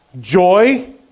Joy